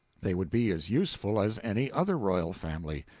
they would be as useful as any other royal family,